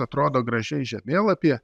atrodo gražiai žemėlapyje